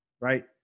right